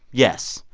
yes.